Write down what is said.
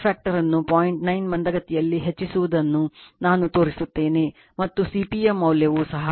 9 ಮಂದಗತಿಯಲ್ಲಿ ಹೆಚ್ಚಿಸುವುದನ್ನು ನಾನು ತೋರಿಸುತ್ತೇನೆ ಮತ್ತು CP ಯ ಮೌಲ್ಯವೂ ಸಹ